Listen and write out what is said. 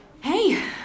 Hey